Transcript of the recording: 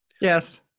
Yes